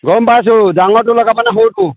গম পাইছোঁ ডাঙৰটো লগাবনে সৰুটো